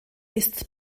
ist